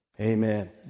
Amen